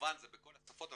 כמובן שזה בכל השפות,